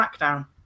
SmackDown